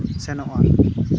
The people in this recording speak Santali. ᱥᱮᱱᱚᱜᱼᱟ